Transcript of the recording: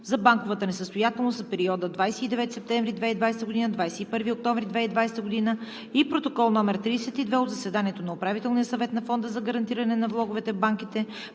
за банковата несъстоятелност за периода 29 септември – 21 октомври 2020 г. и Протокол № 32 от заседанието на Управителния съвет на Фонда за гарантиране на влоговете в банките,